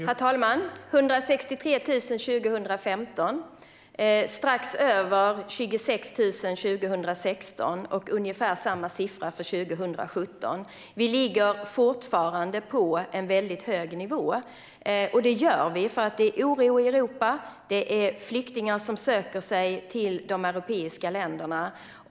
Herr talman! Det var 163 000 år 2015, strax över 26 000 år 2016 och ungefär samma siffra år 2017. Vi ligger fortfarande på en väldigt hög nivå. Det gör vi för att det är oro i Europa. Flyktingar söker sig till de europeiska länderna.